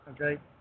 okay